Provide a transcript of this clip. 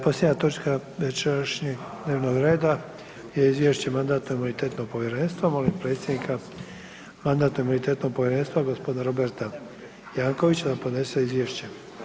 Posljednja točka večerašnjeg dnevnoga reda je: Izvješće Mandatno-imunitetnog povjerenstva Molim predsjednika Mandatno-imunitetnog povjerenstva gospodina Roberta Jankovicsa da podnese izvješće.